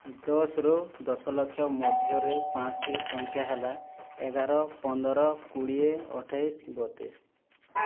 ଦଶରୁ ଦଶଲକ୍ଷ ମଧ୍ୟରେ ପାଞ୍ଚଟି ସଂଖ୍ୟା ହେଲା ଏଗାର ପନ୍ଦର କୋଡ଼ିଏ ଅଠେଇଶ ବତିଶ